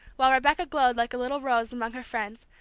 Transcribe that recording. while rebecca glowed like a little rose among her friends,